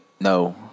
No